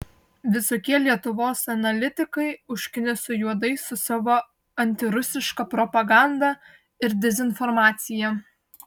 visokie lietuvos analitikai užkniso juodai su savo antirusiška propaganda ir dezinformacija